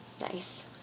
Nice